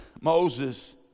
Moses